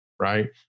Right